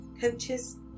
coaches